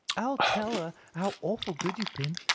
i'll tell her how awful good you've been.